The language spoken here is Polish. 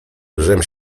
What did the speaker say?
żem